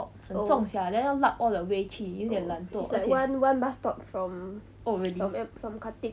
oh it's like one one bus stop from from M from khatib